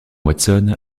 watson